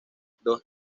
dos